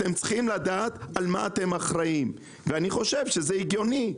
אתם צריכים לדעת על מה אתם אחראים ואני חושב שזה הגיוני.